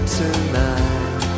tonight